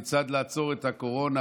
כיצד לעצור את הקורונה,